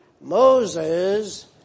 Moses